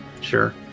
Sure